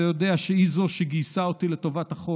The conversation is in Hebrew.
אתה יודע שהיא שגייסה אותי לטובת החוק,